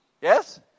Yes